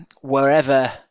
wherever